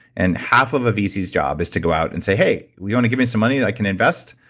and half of a vc's job is to go out and say, hey, you wanna give me some money that i can invest?